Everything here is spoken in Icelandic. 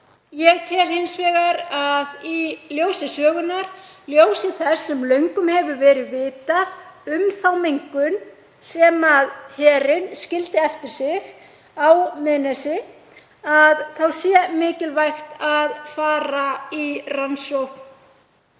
Ég tel hins vegar að í ljósi sögunnar, í ljósi þess sem löngum hefur verið vitað um þá mengun sem herinn skildi eftir sig á Miðnesheiði, sé mikilvægt að fara í rannsókn